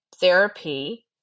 therapy